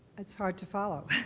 that's hard to follow.